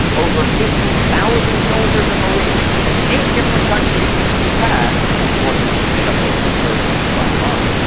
over fifty thousand soldiers and marines from eight different countries japan whose forces made up over a third of the combined army,